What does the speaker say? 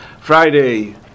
Friday